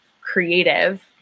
creative